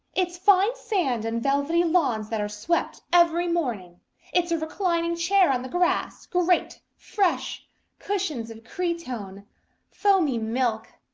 it's fine sand, and velvety lawns that are swept every morning it's a reclining chair on the grass, great, fresh cushions of cretonne, foamy milk,